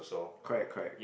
correct correct